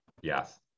Yes